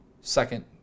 second